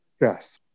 Yes